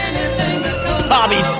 Bobby